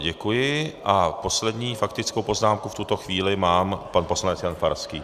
Děkuji a poslední faktickou poznámku v tuto chvíli má pan poslanec Jan Farský.